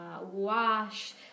wash